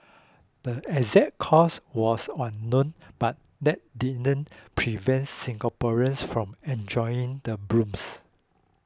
the exact cause was unknown but that didn't prevent Singaporeans from enjoying the blooms